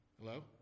Hello